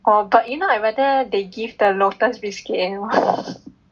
oh but you know I'd rather they give the lotus biscuit you know